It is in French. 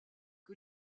que